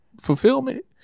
fulfillment